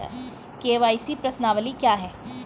KYC प्रश्नावली क्या है?